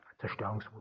Zerstörungswut